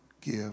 give